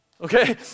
okay